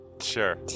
sure